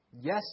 Yes